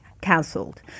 cancelled